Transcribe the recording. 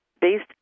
based